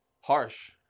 harsh